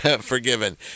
Forgiven